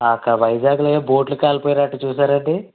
అక్కడ వైజాగ్లో ఏవో బోటులు కాలిపోయాయంట చూసారా అండి